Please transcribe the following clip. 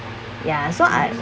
ya so I